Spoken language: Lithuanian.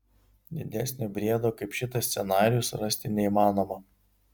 didesnio briedo kaip šitas scenarijus rasti neįmanoma